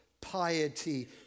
piety